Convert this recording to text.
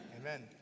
Amen